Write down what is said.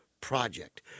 Project